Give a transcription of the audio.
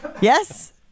Yes